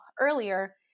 earlier